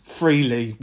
freely